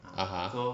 (uh huh)